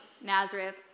Nazareth